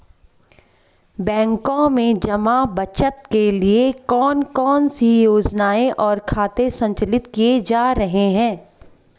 बैंकों में जमा बचत के लिए कौन कौन सी योजनाएं और खाते संचालित किए जा रहे हैं?